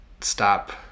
stop